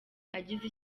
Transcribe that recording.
agize